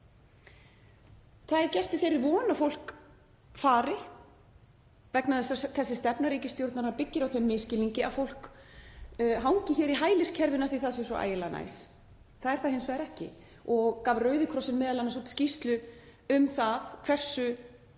Það er gert í þeirri von að fólk fari vegna þess að þessi stefna ríkisstjórnarinnar byggir á þeim misskilningi að fólk hangi hér í hæliskerfinu af því að það sé svo ægilega næs. Það er það hins vegar ekki og Rauði krossinn gaf m.a. út skýrslu um það hversu